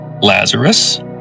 Lazarus